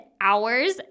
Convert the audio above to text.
hours